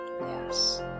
Yes